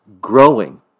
growing